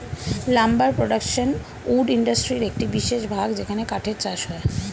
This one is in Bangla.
লাম্বার প্রোডাকশন উড ইন্ডাস্ট্রির একটি বিশেষ ভাগ যেখানে কাঠের চাষ হয়